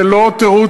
זה לא תירוץ,